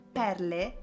perle